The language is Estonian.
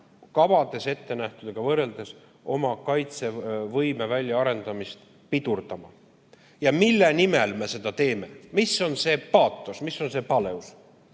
kavades ettenähtuga võrreldes oma kaitsevõime väljaarendamist pidurdama. Ja mille nimel me seda teeme? Mis on see paatos, mis on paleus?